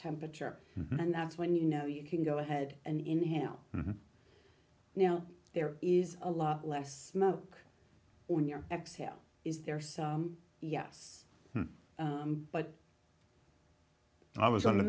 temperature and that's when you know you can go ahead and in hand you know there is a lot less smoke when you're exhale is there so yes but i was on the